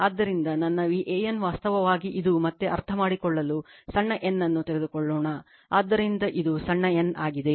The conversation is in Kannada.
ಆದ್ದರಿಂದ ನನ್ನ VAN ವಾಸ್ತವವಾಗಿ ಇದು ಮತ್ತೆ ಅರ್ಥಮಾಡಿಕೊಳ್ಳಲು ಸಣ್ಣ n ಅನ್ನು ತೆಗೆದುಕೊಳ್ಳೋಣ ಆದ್ದರಿಂದ ಇದು ಸಣ್ಣ n ಆಗಿದೆ